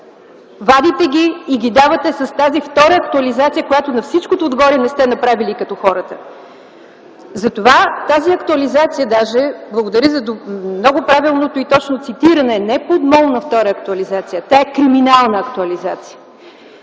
вадите ги и ги давате с тази втора актуализация, която на всичкото отгоре не сте направили като хората. Затова тази актуализация даже, благодаря за много правилното и точно цитиране, е не подмолна втора актуализация, а тя е криминална актуализация.